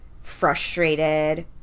frustrated